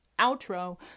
outro